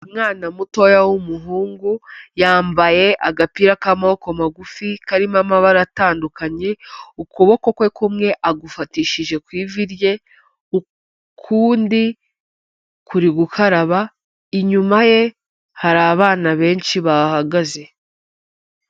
Umwana mutoya w'umuhungu, yambaye agapira k'amaboko magufi karimo amabara atandukanye, ukuboko kwe kumwe agufatishije ku ivi rye, ukundi kuri gukaraba, inyuma ye hari abana benshi bahahagaze.